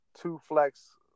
two-flex